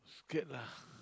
scared lah